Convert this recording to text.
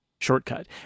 shortcut